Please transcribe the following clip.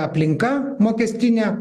aplinka mokestinė